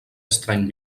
estrany